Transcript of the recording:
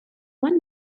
one